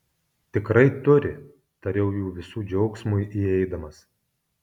tikrai turi tariau jų visų džiaugsmui įeidamas